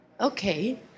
Okay